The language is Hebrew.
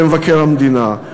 למבקר המדינה.